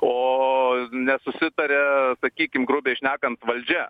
o nesusitaria sakykim grubiai šnekant valdžia